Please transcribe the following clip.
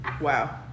Wow